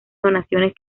donaciones